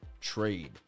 trade